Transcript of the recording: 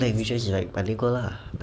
languages is like bilingual lah